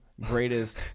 greatest